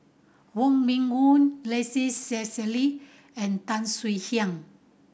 Wong Meng Voon Rex Shelley and Tan Swie Hian